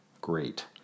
Great